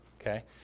okay